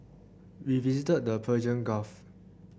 we visited the Persian Gulf